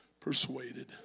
persuaded